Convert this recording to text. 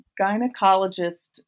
gynecologist